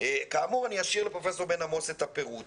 כאמור, אני אשאיר לפרופ' בן-עמוס את הפירוט.